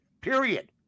period